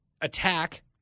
attack